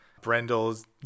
brendel's